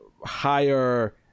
higher